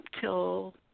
till